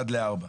1 ל-4.